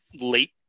late